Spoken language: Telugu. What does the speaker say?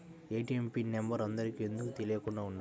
ఏ.టీ.ఎం పిన్ నెంబర్ అందరికి ఎందుకు తెలియకుండా ఉండాలి?